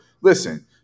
listen